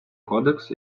кодекс